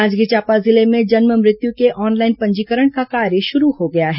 जांजगीर चांपा जिले में जन्म मृत्यु के ऑनलाइन पंजीकरण का कार्य शुरू हो गया है